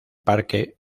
parque